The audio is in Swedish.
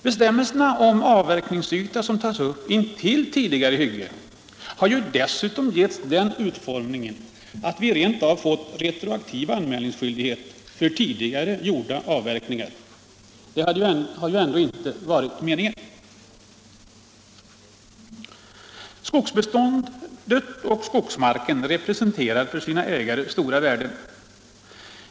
Bestämmelsen om avverkningsyta som tas upp intill tidigare hygge har ju dessutom getts den utformningen att vi rent av fått retroaktiv anmälningsskyldighet för tidigare gjorda avverkningar. Det har väl ändå aldrig varit meningen. Skogsbeståndet och skogsmarken representerar för sina ägare stora värden.